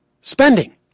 spending